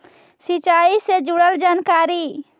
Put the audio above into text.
सिंचाई से जुड़ल जानकारी?